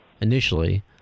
initially